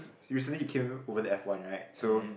recently he came over to F one right so